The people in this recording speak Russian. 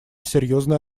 серьезной